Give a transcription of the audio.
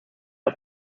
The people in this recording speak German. auf